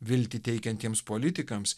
viltį teikiantiems politikams